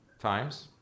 times